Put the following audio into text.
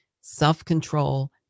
self-control